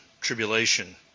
tribulation